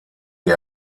die